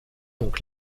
donc